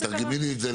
תתרגמי לי את זה.